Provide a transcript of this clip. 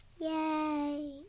Yay